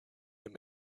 him